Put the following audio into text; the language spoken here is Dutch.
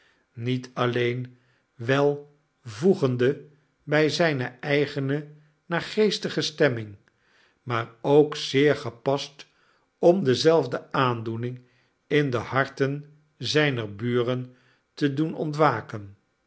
niet alleen wel voegende bij zijne eigene naargeestige stemming maar ook zeer gepast om dezelfde aandoening in de harten zijner buren te doe'n'ontwaken